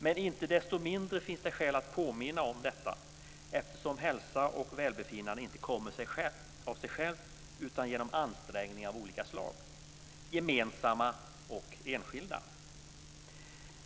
Men inte desto mindre finns det skäl att påminna om detta, eftersom hälsa och välbefinnande inte kommer av sig självt utan genom ansträngningar av olika slag - gemensamma och enskilda.